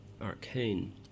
arcane